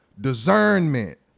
discernment